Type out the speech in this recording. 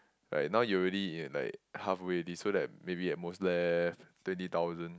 right now you already in like halfway already so that maybe at most left twenty thousand